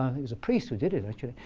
it was a priest who did it actually,